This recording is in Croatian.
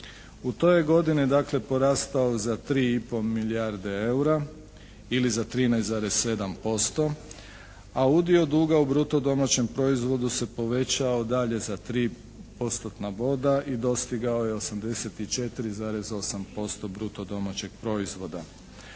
U toj je godini dakle porastao za tri i pol milijarde eura ili za 13,7% a udio duga u bruto domaćem proizvodu se povećao dalje za tri postotna boda i dostigao je 84,8% bruto domaćeg proizvoda.